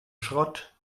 schrott